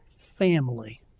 family